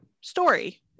story